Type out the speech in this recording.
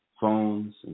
phones